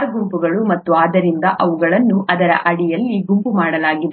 R ಗುಂಪುಗಳು ಮತ್ತು ಆದ್ದರಿಂದ ಅವುಗಳನ್ನು ಇದರ ಅಡಿಯಲ್ಲಿ ಗುಂಪು ಮಾಡಲಾಗಿದೆ